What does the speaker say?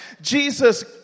Jesus